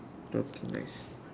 talking nice